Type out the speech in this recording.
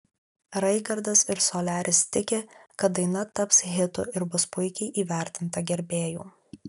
raigardas ir soliaris tiki kad daina taps hitu ir bus puikiai įvertinta gerbėjų